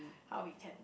how we can